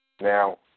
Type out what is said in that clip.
Now